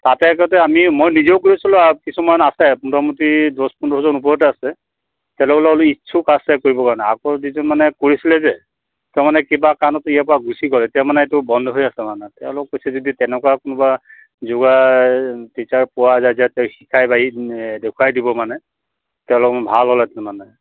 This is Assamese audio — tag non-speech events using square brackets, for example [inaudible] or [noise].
তাতে আগতে আমি মই নিজেও কৰিছিলোঁ আৰু কিছুমান আছে মোটামুটি দছ পোন্ধৰজন ওপৰতে আছে তেওঁলোক অলপ ইচ্ছুক আছে কৰিবৰ কাৰণে আকৌ যিটো মানে কৰিছিলে যে তেওঁ মানে কিবা কাৰণত ইয়াৰ পৰা গুচি গ'ল এতিয়া মানে এইটো বন্ধ হৈ আছে মানে তেওঁলোকে কৈছে যদি তেনেকুৱা কোনোবা যোগাৰ টিচাৰ পোৱা যায় যে তেওঁ শিকাই [unintelligible] দেখুৱাই দিব মানে তেওঁলোকৰ ভাল হ'লহেঁতেন মানে